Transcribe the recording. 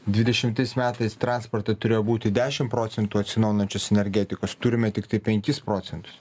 dvidešimtais metais transporto turėjo būti dešimt procentų atsinaujinančios energetikos turime tiktai penkis procentus